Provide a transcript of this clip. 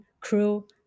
crew